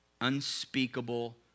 unspeakable